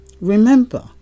Remember